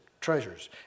treasures